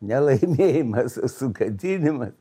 ne laimėjimas o sugadinima